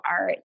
art